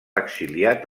exiliat